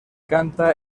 canta